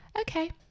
Okay